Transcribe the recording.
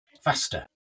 faster